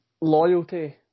loyalty